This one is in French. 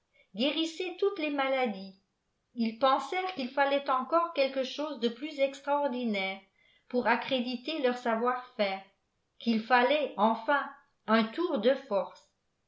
toutes les maladies ils penseront qu'il fallait encore quelque chose de plus extraordinaire pour accréditer leur savoir-faire qu'il fallait enfin un tour de force